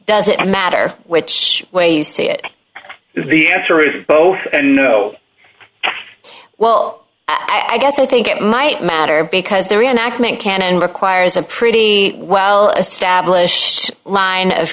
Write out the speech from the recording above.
does it matter which way you see it the answer is both and no well i guess i think it might matter because the reenactment canon requires a pretty well established line